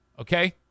Okay